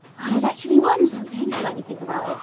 i've actually won something? let me think about it.